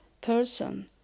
person